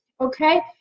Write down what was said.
okay